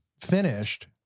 finished